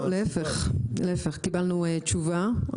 לא, להפך, קיבלנו תשובה.